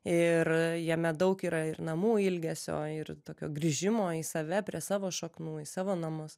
ir jame daug yra ir namų ilgesio ir tokio grįžimo į save prie savo šaknų į savo namus